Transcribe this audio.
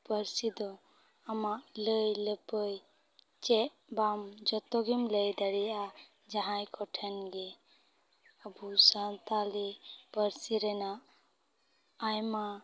ᱯᱟᱹᱨᱥᱤ ᱫᱚ ᱟᱢᱟᱜ ᱞᱟᱹᱭ ᱞᱟᱹᱯᱟᱹᱭ ᱪᱮᱫ ᱵᱟᱢ ᱡᱚᱛᱚ ᱜᱮᱢ ᱞᱟᱹᱭ ᱫᱟᱲᱮᱭᱟᱜᱼᱟ ᱡᱟᱦᱟᱸᱭ ᱠᱚᱴᱷᱮᱱ ᱜᱮ ᱟᱵᱚ ᱥᱟᱱᱛᱟᱞᱤ ᱯᱟᱹᱨᱥᱤ ᱨᱮᱱᱟᱜ ᱟᱭᱢᱟ